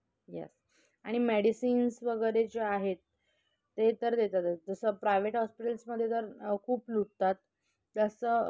yes आणि medicines वगैरे जे आहेत ते तर देतातच जसं प्रायव्हेट हॉस्पिटल्समध्ये जर खूप लुटतात तसं